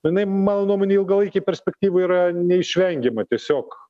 jinai mano nuomone ilgalaikėj perspektyvoj yra neišvengiama tiesiog